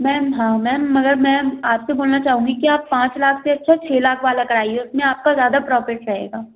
ma'am हाँ ma'am मगर ma'am आप से बोलना चाहूँगी कि आप पाँच लाख से अच्छा छः लाख वाला कराइए उसमें आपका ज़्यादा प्रॉफिट रहेगा